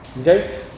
Okay